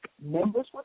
Members